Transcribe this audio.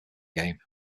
game